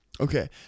Okay